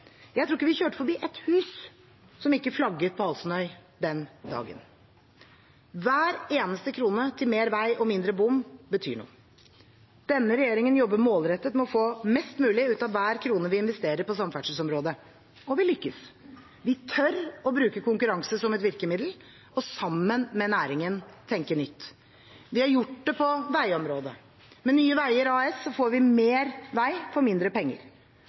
Jeg tror ikke vi kjørte forbi ett hus som ikke flagget på Halsnøya den dagen. Hver eneste krone til mer vei og mindre bom, betyr noe. Denne regjeringen jobber målrettet med å få mest mulig ut av hver krone vi investerer på samferdselsområdet, og vi lykkes! Vi tør å bruke konkurranse som et virkemiddel, og sammen med næringen tenker vi nytt. Vi har gjort det på veiområdet. Med Nye Veier AS får vi mer vei for mindre penger.